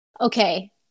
okay